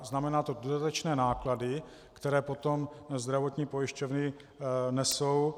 Znamená to dodatečné náklady, které potom zdravotní pojišťovny nesou.